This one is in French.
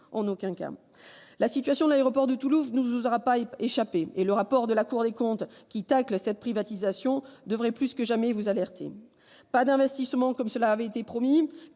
En aucun cas ! La situation de l'aéroport de Toulouse ne vous aura pas échappé et le rapport de la Cour des comptes qui « tacle » sa privatisation devrait, plus que jamais, vous alerter : pas d'investissements, contrairement à ce qui avait été promis,